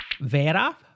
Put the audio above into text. Vera